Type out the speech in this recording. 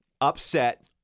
upset